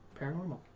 paranormal